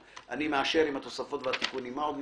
התוספות והשינויים מי בעד?